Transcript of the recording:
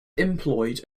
employed